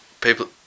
people